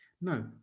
No